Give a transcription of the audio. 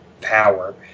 power